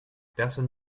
personne